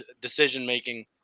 decision-making